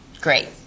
Great